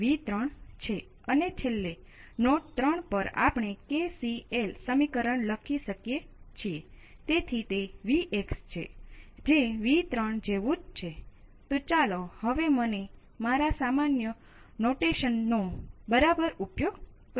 પરંતુ ચાલો આપણે કહીએ કે Vc ની શરૂઆતમાં કેટલીક અન્ય કિંમત છે